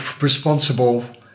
responsible